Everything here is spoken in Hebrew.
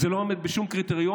זה לא עומד בשום קריטריון,